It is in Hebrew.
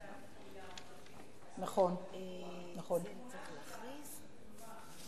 שנפגשנו על-יד מיטת חוליה אחרי שהיא נפצעה בפיגוע - התמונה שלה,